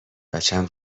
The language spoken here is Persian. بچم